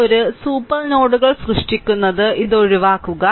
ഇത് ഒരു സൂപ്പർ നോഡുകൾ സൃഷ്ടിക്കുന്നത് ഇത് ഒഴിവാക്കുക